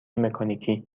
مکانیکی